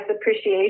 appreciation